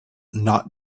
not